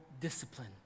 discipline